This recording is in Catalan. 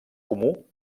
comú